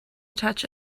attach